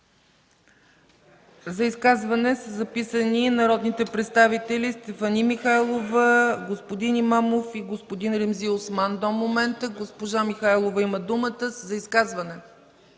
За изказване са записани народните представители Стефани Михайлова, господин Имамов и господин Ремзи Осман до момента. Госпожа Михайлова има думата.